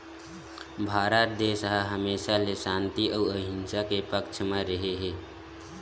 भारत देस ह हमेसा ले सांति अउ अहिंसा के पक्छ म रेहे हे